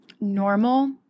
normal